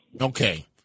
Okay